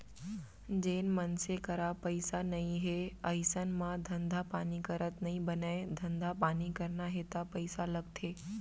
जेन मनसे करा पइसा नइ हे अइसन म धंधा पानी करत नइ बनय धंधा पानी करना हे ता पइसा लगथे